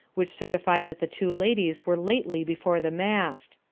which certify that the two ladies were lately before the mast.